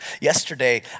Yesterday